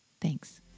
thanks